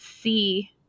see